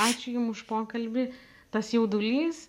ačiū jum už pokalbį tas jaudulys